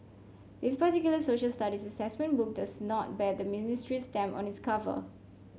this particular Social Studies assessment book does not bear the ministry's stamp on its cover